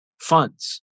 funds